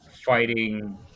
Fighting